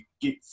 get